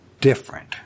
different